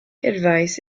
advice